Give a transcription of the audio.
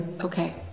Okay